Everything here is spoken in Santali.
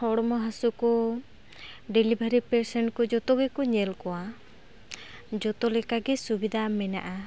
ᱦᱚᱲᱢᱚ ᱦᱟᱥᱩ ᱠᱚ ᱰᱮᱞᱤᱵᱷᱟᱨᱤ ᱯᱮᱥᱮᱸᱴ ᱠᱚ ᱡᱚᱛᱚ ᱜᱮᱠᱚ ᱧᱮᱞ ᱠᱚᱣᱟ ᱡᱚᱛᱚ ᱞᱮᱠᱟᱜᱮ ᱥᱩᱵᱤᱫᱟ ᱢᱮᱱᱟᱜᱼᱟ